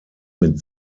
mit